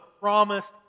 promised